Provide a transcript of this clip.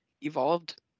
evolved